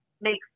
make